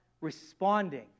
responding